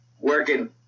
working